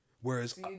Whereas